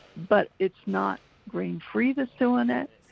but it's not grain free that's doing it,